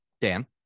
Dan